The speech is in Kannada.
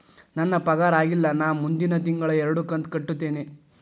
ನನ್ನ ಪಗಾರ ಆಗಿಲ್ಲ ನಾ ಮುಂದಿನ ತಿಂಗಳ ಎರಡು ಕಂತ್ ಕಟ್ಟತೇನಿ